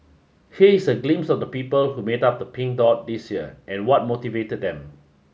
here is a glimpse of the people who made up the Pink Dot this year and what motivated them